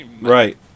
Right